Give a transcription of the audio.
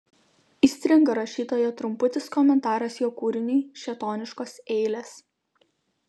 įstringa rašytojo trumputis komentaras jo kūriniui šėtoniškos eilės